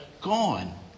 gone